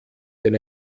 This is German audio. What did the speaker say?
denn